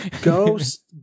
ghost